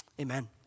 amen